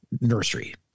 Nursery